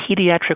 Pediatric